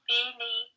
Billy